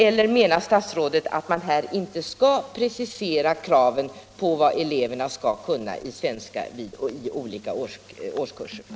Eller menar statsrådet att man här inte skall precisera kraven på vad eleverna i de olika årskurserna skall kunna i svenska?